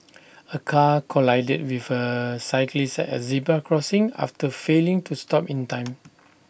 A car collided with A cyclist at zebra crossing after failing to stop in time